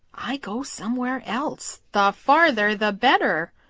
i go somewhere else, the farther the better.